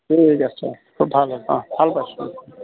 ঠিক আছে ভাল অঁ ভাল পাইছো